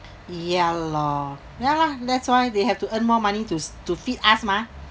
ya lor ya lah that's why they have to earn more money to to feed us mah